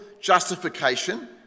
justification